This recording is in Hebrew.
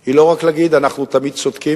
היא לא רק להגיד: אנחנו תמיד צודקים,